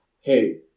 hey